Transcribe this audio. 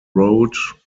road